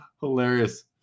Hilarious